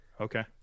Okay